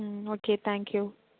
ம் okay thank you